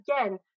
Again